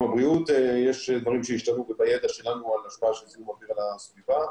הבריאות יש דברים שהשתנו ובידע שלנו על ההשפעה של זיהום האוויר על הסביבה,